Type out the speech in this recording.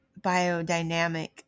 biodynamic